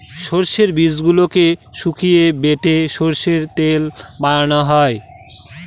সর্ষের বীজগুলোকে শুকিয়ে বেটে সর্ষের তেল বানানো হয়